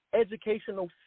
educational